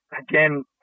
again